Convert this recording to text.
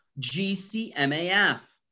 GCMAF